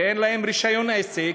שאין להם רישיון עסק,